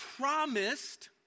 promised